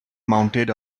mounted